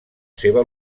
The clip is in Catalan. seva